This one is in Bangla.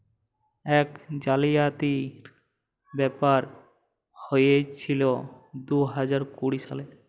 ইক জালিয়াতির ব্যাপার হঁইয়েছিল দু হাজার কুড়ি সালে